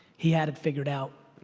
he had it figured out.